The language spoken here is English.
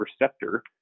receptor